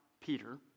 Peter